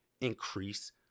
increase